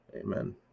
Amen